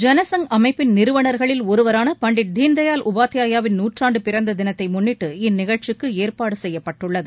ஜனசங்க் அமைப்பின் நிறுவனர்களில் ஒருவரான பண்டிட் தீனதயாள் உபாத்யாயின் நூற்றாண்டு பிறந்த தினத்தை முன்னிட்டு இந்நிகழ்ச்சிக்கு ஏற்பாடு செய்யப்பட்டுள்ளது